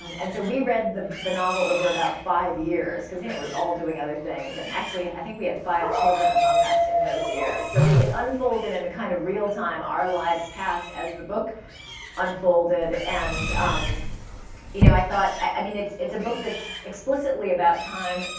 and so, we read the the novel over about five years, cause we yeah were all doing other things. and actually, i think we had five children among us in those years. so, we had unfold in in kind of real time our lives passed as the book unfolded. and um you know i thought, i mean, it's a book that's explicitly about time,